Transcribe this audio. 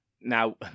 Now